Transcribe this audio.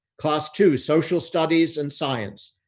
class two, social studies and science,